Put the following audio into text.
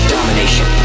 Domination